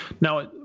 Now